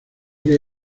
que